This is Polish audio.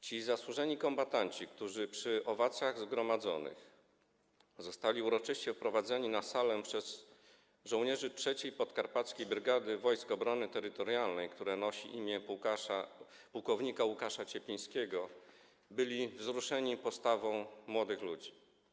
Ci zasłużeni kombatanci, którzy przy owacjach zgromadzonych zostali uroczyście wprowadzeni na salę przez żołnierzy 3. Podkarpackiej Brygady Wojsk Obrony Terytorialnej, która nosi imię płk. Łukasza Cieplińskiego, byli wzruszeni postawą młodych ludzi.